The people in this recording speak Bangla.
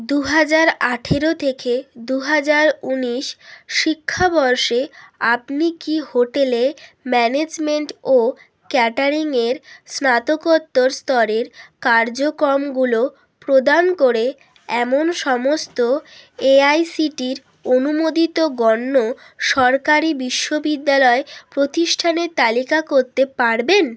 দু হাজার আঠেরো থেকে দু হাজার উনিশ শিক্ষাবর্ষে আপনি কি হোটেল ম্যানেজমেন্ট ও ক্যাটারিংয়ের স্নাতকোত্তর স্তরের কার্যক্রমগুলো প্রদান করে এমন সমস্ত এআইসিটির অনুমোদিত গণ্য সরকারি বিশ্ববিদ্যালয় প্রতিষ্ঠানের তালিকা করতে পারবেন